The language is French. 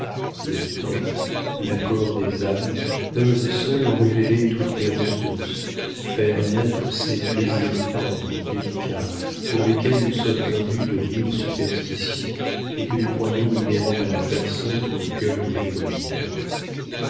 le temps l'accord des âmes peuvent seuls en révéler toutes les ressources faire naître ces plaisirs tendres délicats pour lesquels nous sommes imbus de mille superstitions et que nous croyons inhérents à la personne dont le cœur nous les prodigue